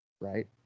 right